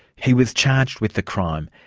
he was charged with the crime.